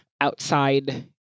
outside